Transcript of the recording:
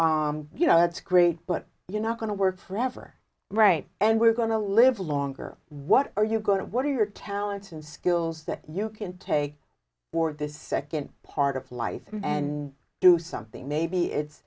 working you know that's great but you're not going to work forever right and we're going to live longer what are you going to what are your talents and skills that you can take for the second part of life and do something maybe it's